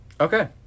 Okay